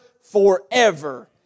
forever